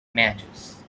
matches